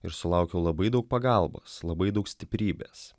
ir sulaukiau labai daug pagalbos labai daug stiprybės